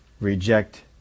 reject